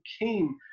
came